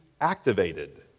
activated